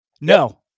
No